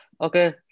Okay